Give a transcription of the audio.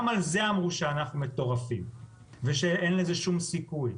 גם על זה אמרו שאנחנו מטורפים ושאין לזה שום סיכוי,